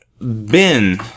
Ben